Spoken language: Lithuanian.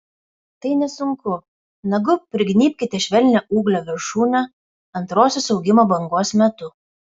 tai nesunku nagu prignybkite švelnią ūglio viršūnę antrosios augimo bangos metu